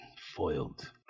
foiled